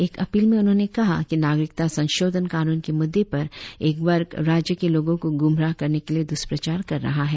एक अपील में उन्होंने कहा कि नागरिकता संशोधन कानून के मुद्दे पर एक वर्ग राज्य के लोगो को गुमराह करने के लिए दुष्प्रचार कर रहा है